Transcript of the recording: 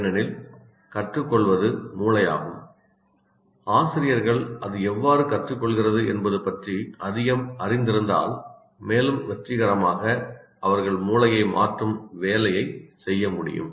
ஏனெனில் கற்றுக்கொள்வது மூளையாகும் ஆசிரியர்கள் அது எவ்வாறு கற்றுக்கொள்கிறது என்பது பற்றி அதிகம் அறிந்திருந்தால் மேலும் வெற்றிகரமாக அவர்கள் மூளையை மாற்றும் வேலையைச் செய்ய முடியும்